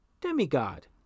Demigod